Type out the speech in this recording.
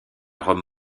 rome